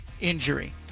injury